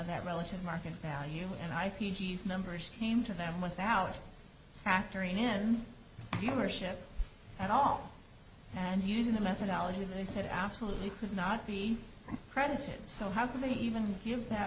that relative market value and i think he's numbers came to them without factoring in membership at all and using the methodology they said absolutely could not be credited so how can they even give that